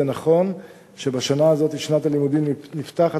זה נכון שבשנה הזאת שנת הלימודים נפתחת,